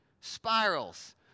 spirals